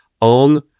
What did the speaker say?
on